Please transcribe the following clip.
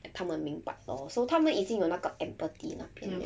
他们明白 lor so 他们已经有那个 empathy 那边 liao